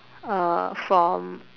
uh from